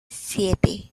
siete